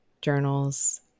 journals